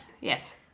Yes